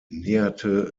näherte